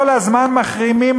כל הזמן מחרימים,